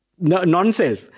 non-self